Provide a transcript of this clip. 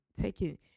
taking